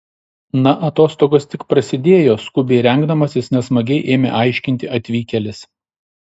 na atostogos tik prasidėjo skubiai rengdamasis nesmagiai ėmė aiškinti atvykėlis